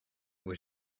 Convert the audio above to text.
was